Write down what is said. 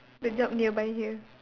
the job nearby here